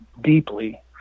deeply